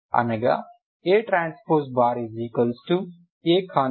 అనగా ATAA